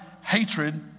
hatred